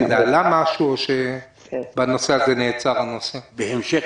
האם זה עלה, או שבנושא הזה נעצר הנושא?